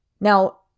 Now